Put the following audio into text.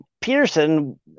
Peterson